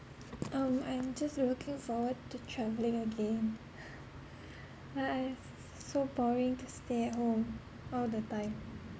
um I'm just looking forward to travelling again like I so boring to stay at home all the time